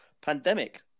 pandemic